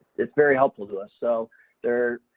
it's very helpful to us. so they're,